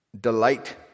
Delight